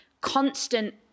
constant